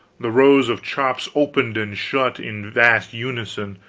the rows of chops opened and shut in vast unison,